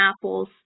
apples